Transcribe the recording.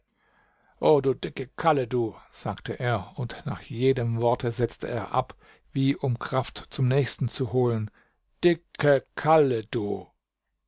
o du dicke kalle du sagte er und nach jedem worte setzte er ab wie um kraft zum nächsten zu holen dicke kalle du